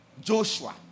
Joshua